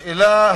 השאלה,